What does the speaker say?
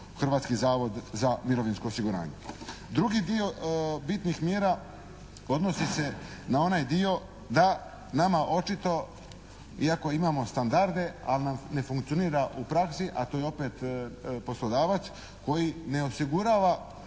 Hrvatski zavod za mirovinsko osiguranje. Drugi dio bitnih mjera odnosi se na onaj dio da nama očito iako imamo standarde, ali nam ne funkcionira u praksi, a to je opet poslodavac koji ne osigurava